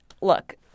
look